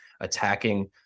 attacking